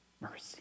mercy